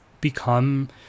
become